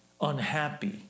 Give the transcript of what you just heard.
unhappy